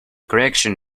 gregson